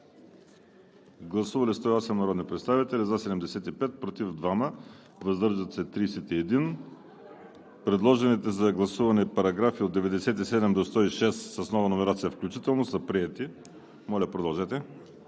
Гласували 108 народни представители: за 75, против 2, въздържали се 31. Предложените на гласуване параграфи от 87 до 106 с нова номерация включително са приети. ДОКЛАДЧИК